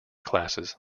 classes